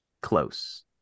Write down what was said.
close